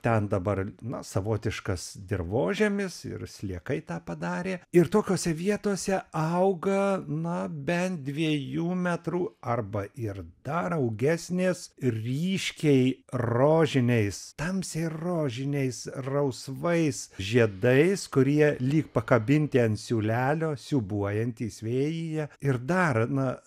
ten dabar na savotiškas dirvožemis ir sliekai tą padarė ir tokiose vietose auga na bent dviejų metrų arba ir dar augesnės ryškiai rožiniais tamsiai rožiniais rausvais žiedais kurie lyg pakabinti ant siūlelio siūbuojantys vėjyje ir dar na